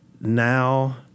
now